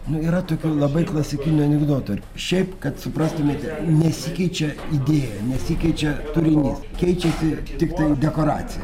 nu yra tokių labai klasikinių anekdotų šiaip kad suprastumėte nesikeičia idėja nesikeičia turinys keičiasi tiktai dekoracija